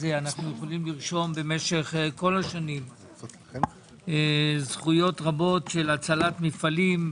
אנו יכולים לרשום משך כל השנים זכויות רבות של הצלת מפעלים,